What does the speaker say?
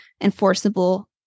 enforceable